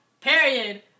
Period